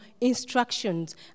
instructions